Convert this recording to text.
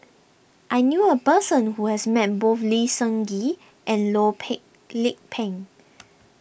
I knew a person who has met both Lee Seng Gee and Loh Peng Lik Peng